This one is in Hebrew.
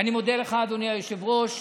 אדוני היושב-ראש.